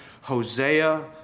Hosea